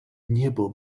niebo